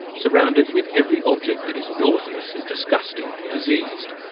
surrounded with every object that is nauseous and disgusting, diseased,